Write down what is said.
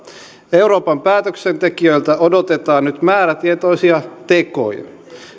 euroopan päätöksentekijöiltä odotetaan nyt määrätietoisia tekoja